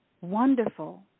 wonderful